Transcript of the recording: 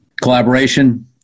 collaboration